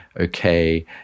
okay